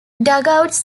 dugouts